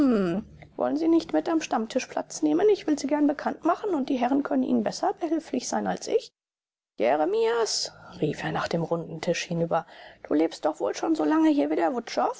wollen sie nicht mit am stammtisch platz nehmen ich will sie gern bekannt machen und die herren können ihnen besser behilflich sein als ich jeremias rief er nach dem runden tisch hinüber du lebst doch wohl schon so lange hier wie